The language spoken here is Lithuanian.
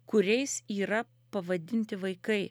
kuriais yra pavadinti vaikai